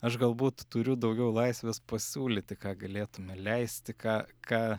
aš galbūt turiu daugiau laisvės pasiūlyti ką galėtume leisti ką ką